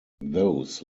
those